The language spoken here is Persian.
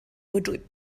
وجود